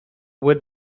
would